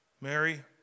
Mary